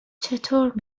چطور